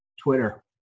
Twitter